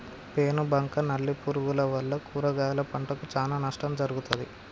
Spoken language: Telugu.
పేను బంక నల్లి పురుగుల వల్ల కూరగాయల పంటకు చానా నష్టం జరుగుతది